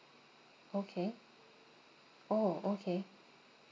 okay orh okay